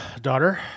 daughter